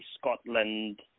Scotland